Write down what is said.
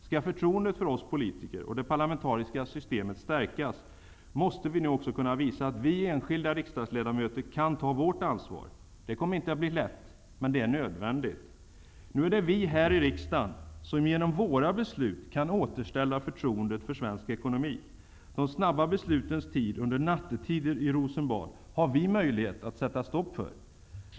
Skall förtroendet för oss politiker och det parlamentariska systemet stärkas, måste också vi enskilda riksdagsledamöter nu kunna visa att vi kan ta vårt ansvar. Det kommer inte att bli lätt, men det är nödvändigt. Nu är det vi här i riksdagen som genom våra beslut kan återställa förtroendet för svensk ekonomi. De snabba nattliga beslutens tid i Rosenbad har vi möjlighet att sätta stopp för.